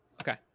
okay